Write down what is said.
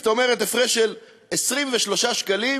זאת אומרת, הפרש של 23 שקלים